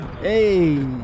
hey